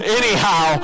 anyhow